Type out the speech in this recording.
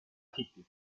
city